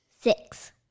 Six